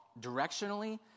directionally